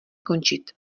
končit